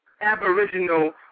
aboriginal